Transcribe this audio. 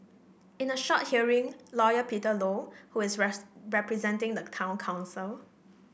in a short hearing lawyer Peter Low who is representing the town council